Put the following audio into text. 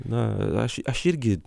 na aš aš irgi